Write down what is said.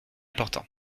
portant